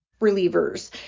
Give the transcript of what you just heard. relievers